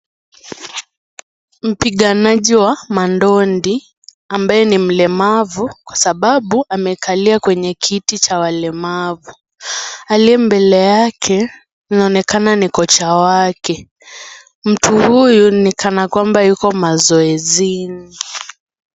Mpiganaji wa madindi ambaye ni mlemavu kwa sababu amekalia kwenye kiti cha walemavu. Aliye mbele yake anaonekana ni kocha wake, mtu huyu ni kana kwamba yuko mazoezini.